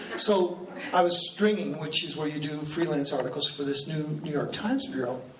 so i was stringing, which is where you do freelance articles for this new new york times bureau,